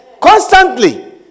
Constantly